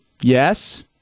yes